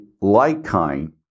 like-kind